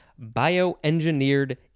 bioengineered